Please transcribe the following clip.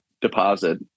deposit